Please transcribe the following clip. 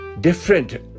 different